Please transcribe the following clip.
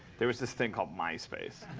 there was this thing called myspace.